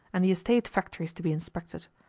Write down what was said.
and the estate factories to be inspected,